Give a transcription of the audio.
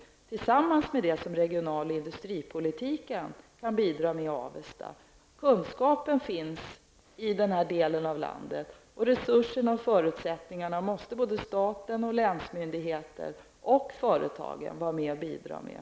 Det skall tillsammans med det som regional och industripolitiken kan bidra med skapa bättre förutsättningar i Avesta. Kunskapen finns i den här delen av landet. Resurserna och förutsättningarna måste staten, länsmyndigheterna och företagen bidra med.